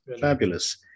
fabulous